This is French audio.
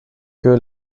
que